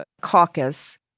caucus